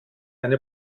eine